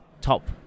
top